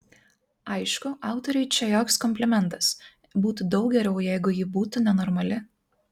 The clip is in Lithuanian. aišku autoriui čia joks komplimentas būtų daug geriau jeigu ji būtų nenormali